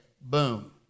boom